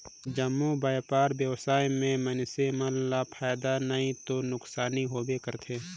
जम्मो बयपार बेवसाय में मइनसे मन ल फायदा नइ ते नुकसानी होबे करथे